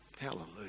Hallelujah